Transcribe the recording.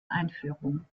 einführung